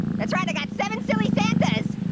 that's right, i got seven silly santas,